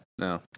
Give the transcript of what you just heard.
No